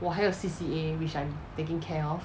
我还有 C_C_A which I'm taking care of